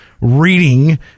reading